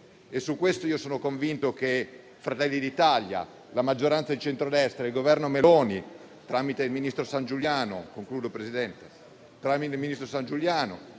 è l'Italia. Sono convinto che Fratelli d'Italia, la maggioranza di centrodestra, il Governo Meloni, tramite il ministro Sangiuliano, il ministro